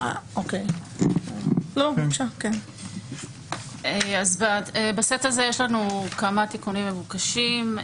אוקיי, אז בסט הזה יש לנו כמה תיקונים מבוקשים.